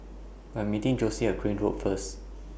I'm meeting Jossie At Crane Road First